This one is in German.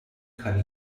kann